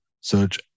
search